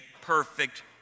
perfect